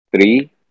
three